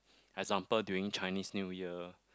example during Chinese New Year